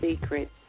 Secret